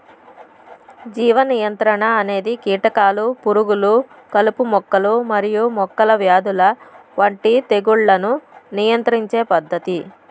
జీవ నియంత్రణ అనేది కీటకాలు, పురుగులు, కలుపు మొక్కలు మరియు మొక్కల వ్యాధుల వంటి తెగుళ్లను నియంత్రించే పద్ధతి